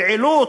בעילוט,